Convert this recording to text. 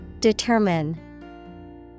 Determine